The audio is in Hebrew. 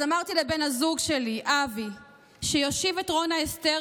אז אמרתי לבן הזוג שלי אבי שיושיב את רונה אסתר